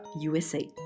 USA